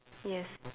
yes